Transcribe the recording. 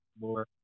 more